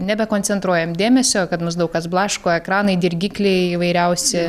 nebekoncentruojam dėmesio kad mus daug kas blaško ekranai dirgikliai įvairiausi